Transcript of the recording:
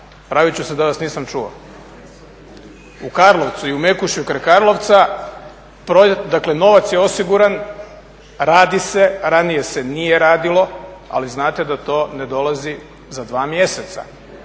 pravit ću se da vas nisam čuo. U Karlovcu i u Mekušju kraj Karlovca dakle novac je osiguran, radi se, ranije se nije radilo, ali znate da to ne dolazi za dva mjeseca.